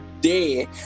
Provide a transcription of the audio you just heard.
day